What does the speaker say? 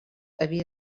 havia